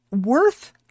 worth